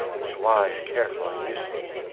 was wise, careful, and useless.